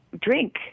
drink